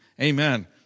Amen